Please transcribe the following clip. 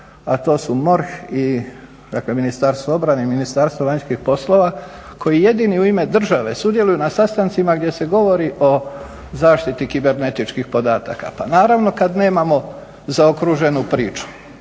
a to su MORH, dakle Ministarstvo obrane i Ministarstvo vanjskih poslova koji jedini u ime države sudjeluju na sastancima gdje se govori o zaštiti kibernetičkih podataka. Pa naravno kada nemamo zaokruženu priču,